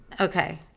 okay